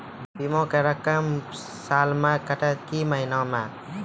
बीमा के रकम साल मे कटत कि महीना मे?